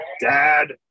dad